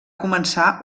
començar